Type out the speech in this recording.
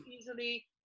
easily